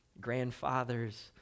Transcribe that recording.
grandfathers